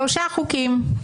שלושה חוקים,